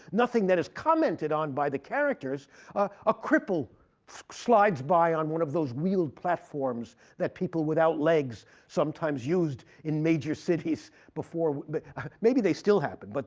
nothing that is commented on by the characters a cripple slides by on one of those wheeled platforms that people without legs sometimes used in major cities before maybe they still happen. but